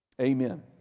Amen